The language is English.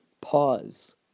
Pause